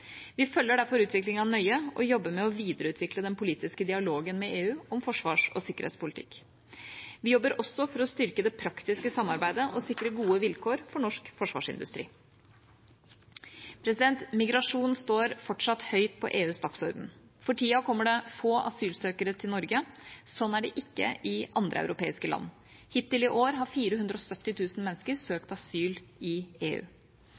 Vi følger derfor utviklingen nøye og jobber med å videreutvikle den politiske dialogen med EU om forsvars- og sikkerhetspolitikk. Vi jobber også for å styrke det praktiske samarbeidet og sikre gode vilkår for norsk forsvarsindustri. Migrasjon står fortsatt høyt på EUs dagsorden. For tida kommer det få asylsøkere til Norge. Slik er det ikke i andre europeiske land. Hittil i år har 470 000 mennesker søkt asyl i EU.